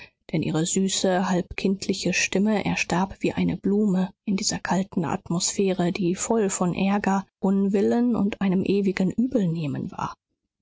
denn ihre süße halb kindliche stimme erstarb wie eine blume in dieser kalten atmosphäre die voll von arger unwillen und einem ewigen übelnehmen war